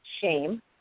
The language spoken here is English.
shame